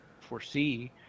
foresee